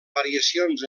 variacions